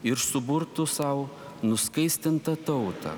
ir suburtų sau nuskaistintą tautą